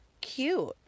cute